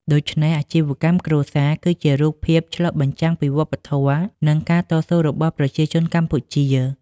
ដូច្នេះ អាជីវកម្មគ្រួសារ គឺជារូបភាពឆ្លុះបញ្ចាំងពីវប្បធម៌ និងការតស៊ូរបស់ប្រជាជនកម្ពុជា។